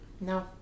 No